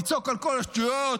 לצעוק על כל השטויות,